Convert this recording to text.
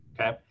okay